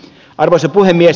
arvoisa puhemies